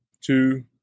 two